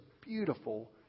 beautiful